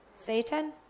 Satan